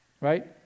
Right